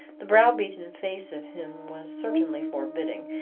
the brow-beaten face of him was certainly forbidding,